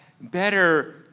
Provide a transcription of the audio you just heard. better